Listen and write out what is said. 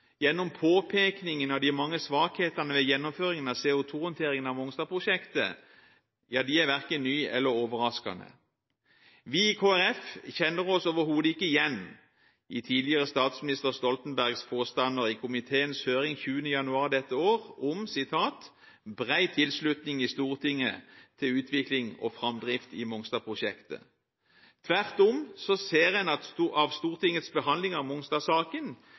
gjennom påpekningen av de mange svakhetene ved gjennomføringen av CO2-håndteringen av Mongstad-prosjektet, verken er ny eller overraskende. Vi i Kristelig Folkeparti kjenner oss overhodet ikke igjen i tidligere statsminister Stoltenbergs påstander i komiteens høring den 20. januar d.å. om at det var bred tilslutning i Stortinget til utvikling og framdrift i Mongstad-prosjektet. Tvert om viser Stortingets behandling av